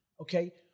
Okay